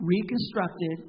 reconstructed